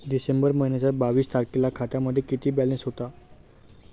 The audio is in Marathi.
डिसेंबर महिन्याच्या बावीस तारखेला खात्यामध्ये किती बॅलन्स होता?